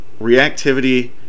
reactivity